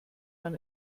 man